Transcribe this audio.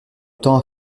temps